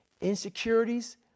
insecurities